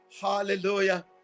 Hallelujah